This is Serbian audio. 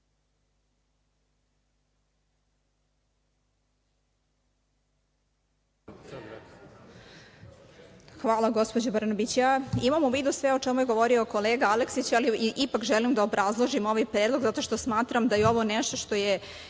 Hvala, gospođo Brnabić. Imam u vidu sve o čemu je govorio kolega Aleksić, ali ipak želim da obrazložim ovaj predlog zato što smatram da je ovo nešto što je